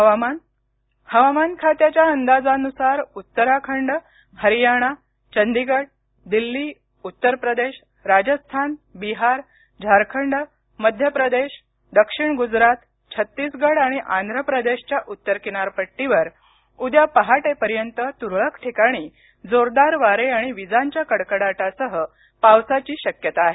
हुवामान हवामान खात्याच्या अंदाजानुसार उत्तराखंड हरियाणा चंदीगड दिल्ली उत्तर प्रदेश राजस्थान बिहार झारखंड मध्यप्रदेश दक्षिण गुजरात छत्तीसगड आणि आंध्र प्रदेसाच्या उत्तर किनारपट्टीवर उद्या पहाटेपर्यंत तुरळक ठिकाणी जोरदार वारे आणि विजांच्या कडकडाटासह पावसाची शक्यता आहे